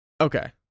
Okay